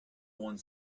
ones